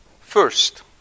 First